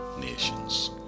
nations